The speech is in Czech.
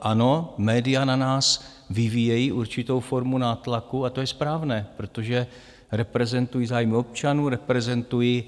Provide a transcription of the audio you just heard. Ano, média na nás vyvíjejí určitou formu nátlaku a to je správné, protože reprezentují zájmy občanů, reprezentují